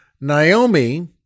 Naomi